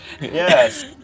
Yes